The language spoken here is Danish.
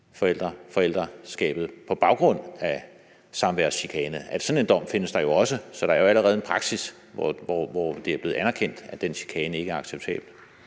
forældreskabet på baggrund af samværschikane. Sådan en dom findes der jo også. Så der er allerede en praksis, hvor det er blevet anerkendt, at den chikane ikke er acceptabel.